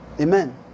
Amen